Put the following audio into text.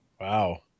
Wow